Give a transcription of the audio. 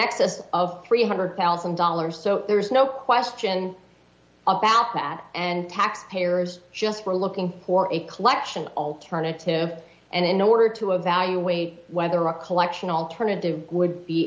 excess of three hundred thousand dollars so there's no question about that and taxpayers just were looking for a collection alternative and in order to evaluate whether a collection alternative would be